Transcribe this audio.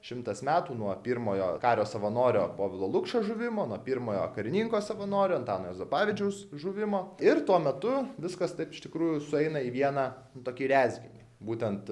šimtas metų nuo pirmojo kario savanorio povilo lukšio žuvimo nuo pirmojo karininko savanorio antano juozapavičiaus žuvimo ir tuo metu viskas taip iš tikrųjų sueina į vieną tokį rezginį būtent